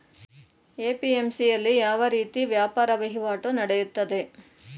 APMC ಯಲ್ಲಿ ಯಾವ ರೀತಿ ವ್ಯಾಪಾರ ವಹಿವಾಟು ನೆಡೆಯುತ್ತದೆ?